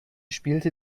spielte